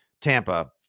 Tampa